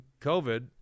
COVID